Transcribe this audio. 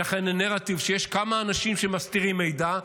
ולכן הנרטיב הוא שיש כמה אנשים שמסתירים מידע,